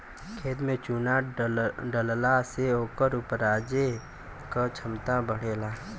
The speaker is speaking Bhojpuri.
खेत में चुना डलला से ओकर उपराजे क क्षमता बढ़ेला